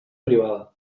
privada